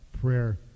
prayer